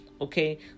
Okay